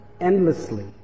endlessly